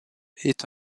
est